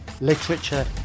Literature